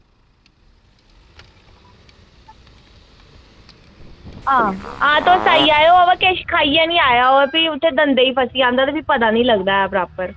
आं तुस आई जायो बाऽ तुस किश खाइयै आयो ते भी उत्थे दंदें ई लग्गी जंदा ते पता निं लगदा ऐ प्रॉपर